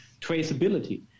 traceability